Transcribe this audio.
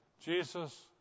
Jesus